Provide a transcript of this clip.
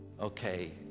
okay